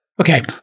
Okay